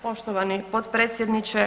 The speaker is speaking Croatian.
Poštovani potpredsjedniče.